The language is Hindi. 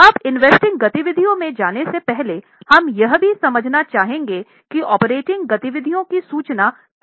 अब इन्वेस्टिंग गतिविधियों में जाने से पहले हम यह भी समझना चाहेंगे कि ऑपरेटिंग गतिविधियों की सूचना कैसे दी जाती हैं